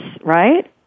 right